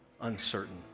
uncertain